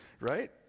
Right